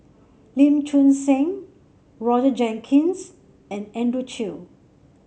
Lim Choon Seng Roger Jenkins and Andrew Chew